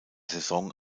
saison